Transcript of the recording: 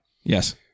Yes